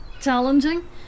challenging